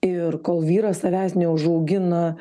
ir kol vyras savęs neužaugina